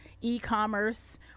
e-commerce